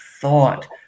thought